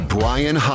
Brian